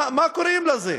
מה קוראים לזה?